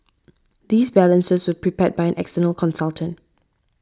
these balances were prepared by an external consultant